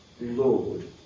Lord